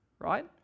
right